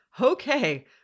Okay